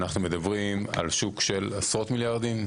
אנחנו מדברים על שוק של עשרות מיליארדים.